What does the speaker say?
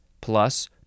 plus